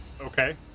Okay